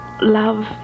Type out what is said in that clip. love